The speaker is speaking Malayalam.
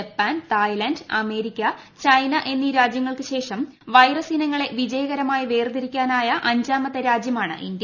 ജപ്പാൻ പത്യയ്ലാന്റ് അമേരിക്ക ചൈന എന്നീ രാജ്യങ്ങൾക്കു ശേഷം വൈറസ് ഇനങ്ങളെ വിജയകരമായി വേർതിരിക്കാനായ അഞ്ചാമത്തെ രാജ്യമാണ് ഇന്ത്യ